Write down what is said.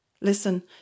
Listen